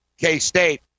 k-state